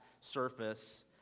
surface